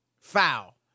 foul